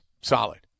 solid